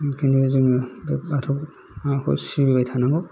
बिखायनो जोङो बे बाथौखौ सिबिबाय थानांगौ